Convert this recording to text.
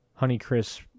Honeycrisp